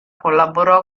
collaborò